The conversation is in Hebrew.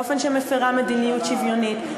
באופן שהיא מפירה מדיניות שוויונית,